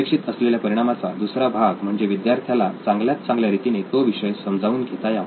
अपेक्षित असलेल्या परिणामाचा दुसरा भाग म्हणजे विद्यार्थ्याला चांगल्यात चांगल्या रीतीने तो विषय समजावून घेता यावा